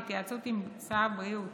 בהתייעצות עם שר הבריאות